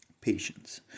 patience